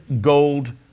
gold